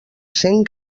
cent